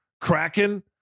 Kraken